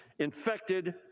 infected